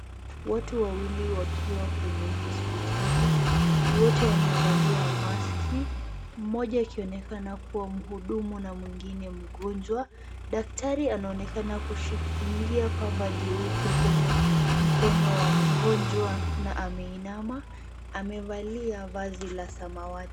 Watu wawili wakiwa kwenye hospitali, wote wamevalia maski. Mmoja akionekana kuwa mhudumu na mwingine mgonjwa. Daktari anaonekana kushikilia pamba jeupe kwenye mkono wa mgonjwa na ameinama. Amevalia vazi la samawati.